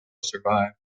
survive